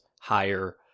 higher